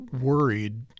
worried